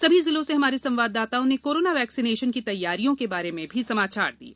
सभी जिलों से हमारे संवाददाताओं ने कोरोना वैक्सीनेशन की तैयारियों के बारे में समाचार दिये